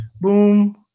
boom